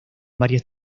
varias